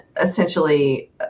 essentially